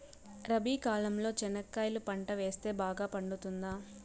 రబి కాలంలో చెనక్కాయలు పంట వేస్తే బాగా పండుతుందా?